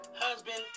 husband